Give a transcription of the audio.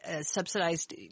subsidized